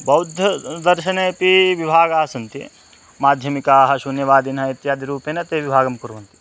बौद्धदर्शनेपि विभागाः सन्ति माध्यमिकाः शून्यवादीनः इत्यादिरूपेण ते विभागं कुर्वन्ति